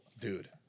Dude